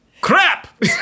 Crap